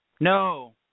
No